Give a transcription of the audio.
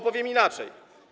Powiem inaczej.